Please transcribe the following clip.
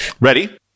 Ready